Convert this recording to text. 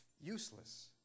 useless